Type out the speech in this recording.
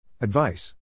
Advice